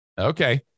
Okay